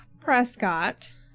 Prescott